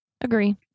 Agree